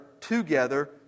together